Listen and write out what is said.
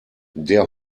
der